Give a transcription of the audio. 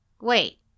Wait